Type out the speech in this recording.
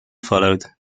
followed